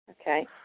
Okay